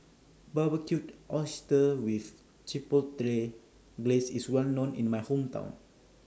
Barbecued Oysters with Chipotle Glaze IS Well known in My Hometown